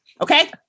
Okay